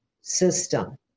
system